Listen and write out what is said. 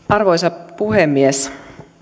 arvoisa puhemies